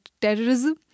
terrorism